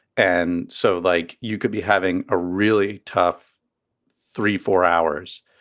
and so, like, you could be having a really tough three, four hours.